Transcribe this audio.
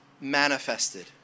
manifested